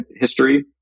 history